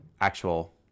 actual